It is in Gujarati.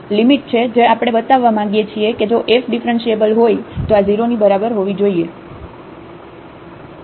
તો આ તે લિમિટ છે જે આપણે બતાવવા માંગીએ છીએ કે જો f ડિફરન્ટિએબલ હોય તો આ 0 ની બરાબર હોવી જોઈએ